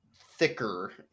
thicker